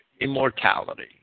immortality